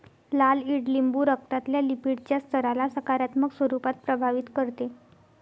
लाल ईडलिंबू रक्तातल्या लिपीडच्या स्तराला सकारात्मक स्वरूपात प्रभावित करते